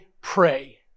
pray